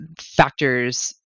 factors